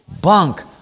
Bunk